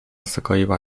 zagoiła